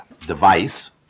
device